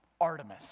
Artemis